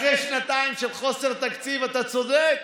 אחרי שנתיים של חוסר תקציב, אתה צודק,